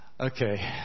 okay